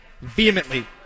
vehemently